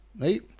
right